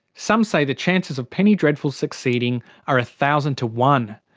some say the chances of penny dreadfuls succeeding are a thousand to one.